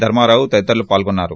ధర్మారావు తదితరులు పాల్గొన్నారు